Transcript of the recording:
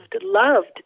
loved